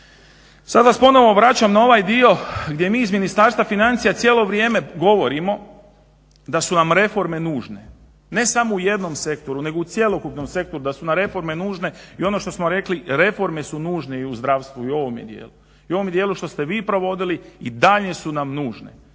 Sad vas ponovo vraćam na ovaj dio gdje mi iz Ministarstva financija cijelo vrijeme govorimo da su nam reforme nužne, ne samo u jednom sektoru, nego u cjelokupnom sektoru da su nam reforme nužne i ono što smo rekli reforme su nužne i u zdravstvu, i u ovome djelu što ste vi prevodili, i dalje su nam nužne